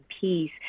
peace